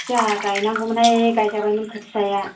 जाहा गायनांगौमोन हाय गायजाबाय मोन खोथिया या